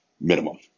minimum